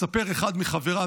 מספר אחד מחבריו,